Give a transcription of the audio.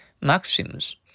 Maxims